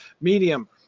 medium